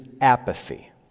apathy